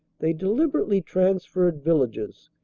they deliberately transferred villages,